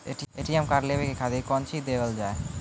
ATM card लेवे के खातिर कौंची देवल जाए?